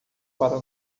para